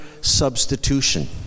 substitution